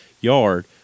yard